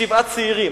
שבעה צעירים,